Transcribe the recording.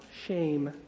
shame